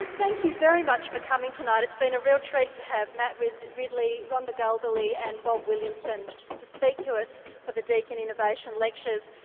thank you very much for coming tonight, it's been a real treat to have matt ridley, rhonda galbally and bob williamson to speak to us for the deakin innovation lectures,